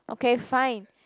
okay fine